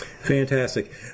Fantastic